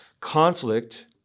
conflict